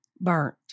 burnt